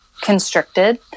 constricted